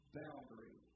boundary